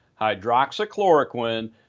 hydroxychloroquine